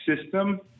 system